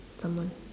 someone